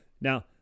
Now